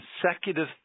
consecutive